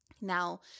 Now